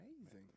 amazing